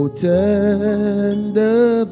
tender